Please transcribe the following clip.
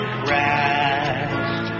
crashed